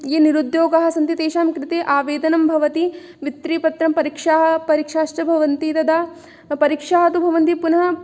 ये निरुद्योगाः सन्ति तेषां कृते आवेदनं भवति वृत्तिपत्रं परीक्षाः परीक्षाश्च भवन्ति तदा परीक्षाः तु भवन्ति पुनः